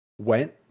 went